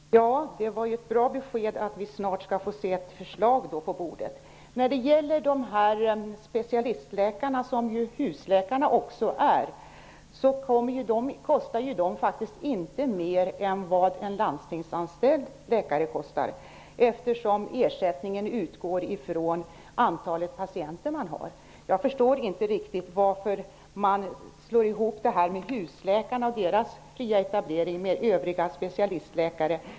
Herr talman! Det var ett bra besked att vi snart skall få se ett förslag på bordet. Husläkaren, som också är specialistläkare, kostar faktiskt inte mer än vad en landstingsanställd läkare kostar, eftersom ersättningen utgår utifrån det antal patienter som läkaren har. Jag förstår inte riktigt varför man slår ihop frågan om husläkarnas fria etableringsrätt med det som gäller övriga specialistläkare.